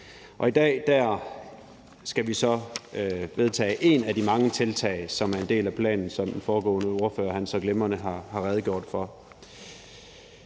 i dag skal vi så vedtage et af de mange tiltag, som er en del af planen, som den foregående ordfører så glimrende har redegjort for.